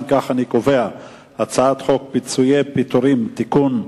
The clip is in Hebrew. אני קובע שהצעת חוק פיצויי פיטורים (תיקון,